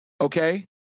okay